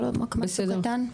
נכון.